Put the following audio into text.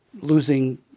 losing